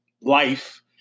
life